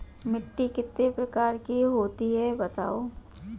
मिट्टी कितने प्रकार की होती हैं बताओ?